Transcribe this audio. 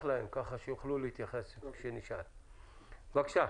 בבקשה.